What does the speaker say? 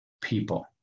People